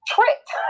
Tricked